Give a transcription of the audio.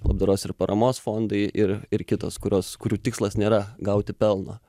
labdaros ir paramos fondai ir ir kitos kurios kurių tikslas nėra gauti pelną